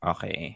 Okay